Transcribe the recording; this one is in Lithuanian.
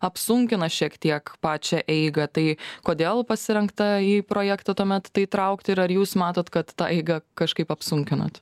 apsunkina šiek tiek pačią eigą tai kodėl pasirinkta į projektą tuomet tai įtraukti ir ar jūs matot kad tą eigą kažkaip apsunkinot